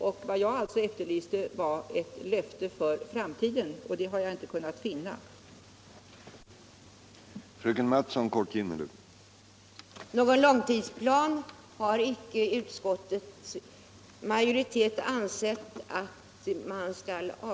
Men vad jag efterlyste var ett löfte för framtiden, och jag har inte kunnat finna att något sådant löfte har givits.